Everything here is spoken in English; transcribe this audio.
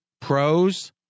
Pros